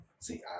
See